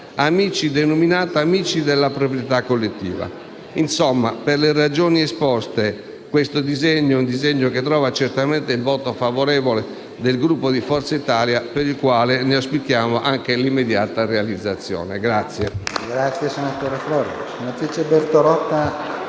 denominato «Amici della proprietà collettiva». Insomma, per le ragioni esposte, questo è un disegno di legge che trova certamente il voto favorevole del Gruppo di Forza Italia e del quale auspichiamo anche l'immediata realizzazione.